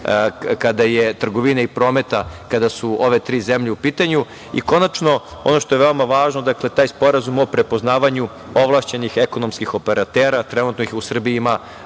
kada je trgovina i promet, ove tri zemlje u pitanju, i konačno ono što je veoma važno, taj sporazum o prepoznavanju ovlašćenih ekonomskih operatera, a trenutno ih u Srbiji ima